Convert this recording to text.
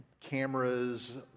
cameras